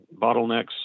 bottlenecks